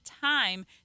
time